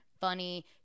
funny